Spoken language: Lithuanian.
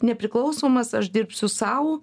nepriklausomas aš dirbsiu sau